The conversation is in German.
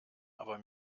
aber